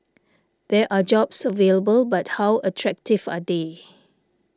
there are jobs available but how attractive are they